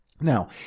Now